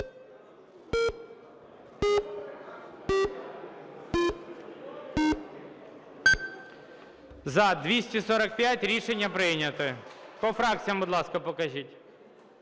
За-245 Рішення прийнято. По фракціях, будь ласка, покажіть.